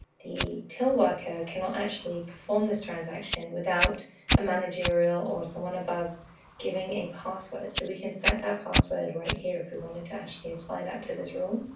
the tell worker cannot actually perform this transaction without a managerial or someone above giving a password. so we can set that password right here if we wanted to actually apply that to this rule.